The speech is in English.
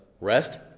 rest